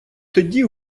тоді